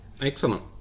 Excellent